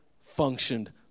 functioned